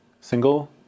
single